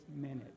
minute